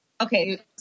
Okay